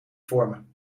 vormen